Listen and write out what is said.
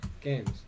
Games